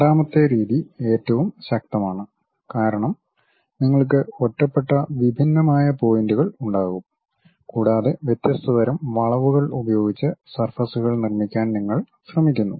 രണ്ടാമത്തെ രീതി ഏറ്റവും ശക്തമാണ് കാരണം നിങ്ങൾക്ക് ഒറ്റപ്പെട്ട വിഭിന്നമായ പോയിന്റുകൾ ഉണ്ടാകും കൂടാതെ വ്യത്യസ്ത തരം വളവുകൾ ഉപയോഗിച്ച് സർഫസ്കൾ നിർമ്മിക്കാൻ നിങ്ങൾ ശ്രമിക്കുന്നു